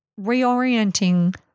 reorienting